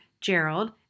Gerald